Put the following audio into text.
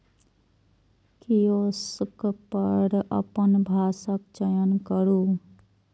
kiosk पर अपन भाषाक चयन करू